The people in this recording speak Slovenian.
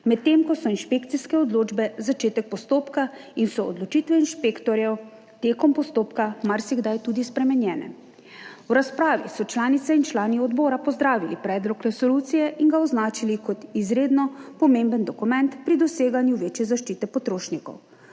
medtem ko so inšpekcijske odločbe na začetku postopka in odločitve inšpektorjev med postopkom marsikdaj tudi spremenjene. V razpravi so članice in člani odbora pozdravili predlog resolucije in ga označili kot izredno pomemben dokument pri doseganju večje zaščite potrošnikov.